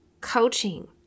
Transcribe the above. coaching